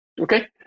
okay